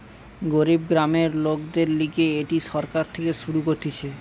গরিব গ্রামের লোকদের লিগে এটি সরকার থেকে শুরু করতিছে